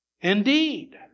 Indeed